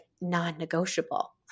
non-negotiable